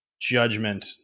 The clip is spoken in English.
judgment